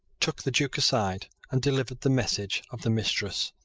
took the duke aside, and delivered the message of the mistress.